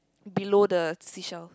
below the fisher